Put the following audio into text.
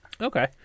Okay